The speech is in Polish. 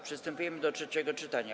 Przystępujemy do trzeciego czytania.